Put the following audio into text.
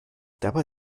dabei